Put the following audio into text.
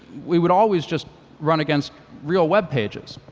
we would always just run against real web pages.